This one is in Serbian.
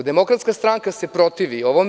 Demokratska stranka se protivi ovome.